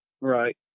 Right